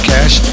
Cash